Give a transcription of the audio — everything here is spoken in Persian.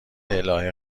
الهه